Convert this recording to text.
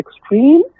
extreme